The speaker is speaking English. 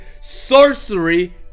sorcery